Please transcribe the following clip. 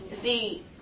See